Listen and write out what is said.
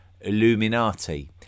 Illuminati